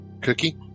Cookie